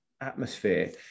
atmosphere